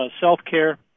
self-care